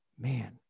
man